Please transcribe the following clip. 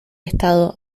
estado